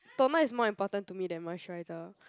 toner is more important to me than moisturizer